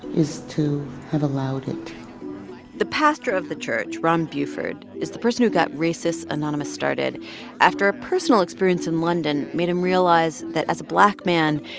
is to have allowed it the pastor of the church, ron buford, is the person who got racists anonymous started after a personal experience in london made him realize that as a black man,